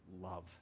love